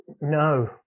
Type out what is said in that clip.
No